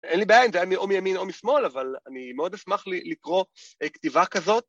אין לי בעייה, אם זה היה או מימין או משמאל, אבל אני מאוד אשמח לקרוא כתיבה כזאת.